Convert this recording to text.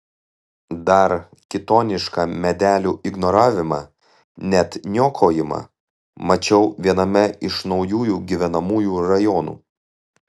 dar kitonišką medelių ignoravimą net niokojimą mačiau viename iš naujųjų gyvenamųjų rajonų